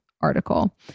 Article